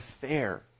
fair